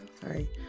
Sorry